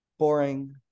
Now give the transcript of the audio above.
boring